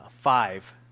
five